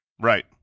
Right